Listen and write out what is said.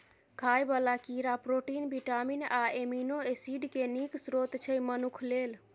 खाइ बला कीड़ा प्रोटीन, बिटामिन आ एमिनो एसिड केँ नीक स्रोत छै मनुख लेल